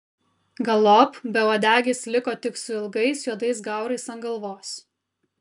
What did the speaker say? galop beuodegis liko tik su ilgais juodais gaurais ant galvos